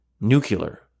nuclear